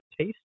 taste